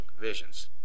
visions